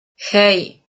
hey